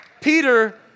Peter